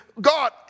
God